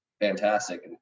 fantastic